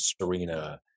Serena